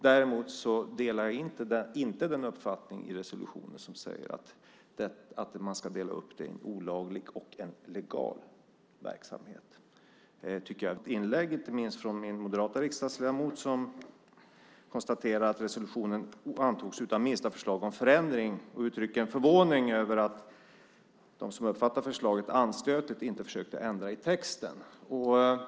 Däremot delar jag inte den uppfattning i resolutionen som säger att man ska dela upp det i en olaglig och en legal verksamhet. Det tycker jag är viktigt att säga. Jag har sett att det har förekommit något inlägg - inte minst från min moderata riksdagsledamotskollega - som konstaterade att resolutionen antogs utan minsta förslag om förändring och uttryckte en förvåning över att de som uppfattade förslaget som anstötligt inte försökte ändra i texten.